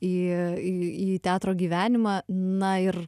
į teatro gyvenimą na ir